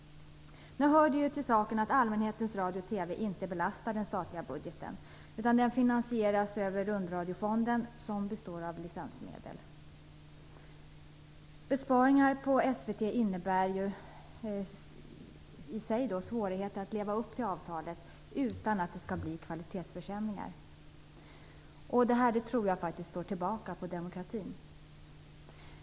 Nu hör det till saken att allmänhetens radio och TV inte belastar den statliga budgeten, utan den finansieras över rundradiofonden, som består av licensmedel. Besparingar på SVT innebär i sig svårigheter att leva upp till avtalet utan att det skall bli kvalitetsförsämringar. Det här tror jag slår tillbaka på demokratin.